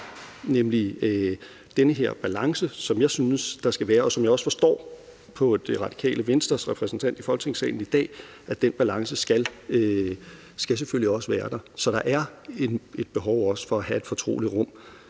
nemlig den her balance, som jeg synes der skal være, og som jeg også forstår på Det Radikale Venstres repræsentant i Folketingssalen i dag selvfølgelig skal være der, altså at der er et behov for at have et fortroligt rum,